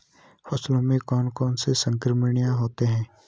फसलों में कौन कौन से संक्रमण होते हैं?